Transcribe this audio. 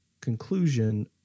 conclusion